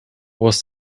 was